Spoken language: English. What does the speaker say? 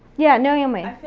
yeah, naomi.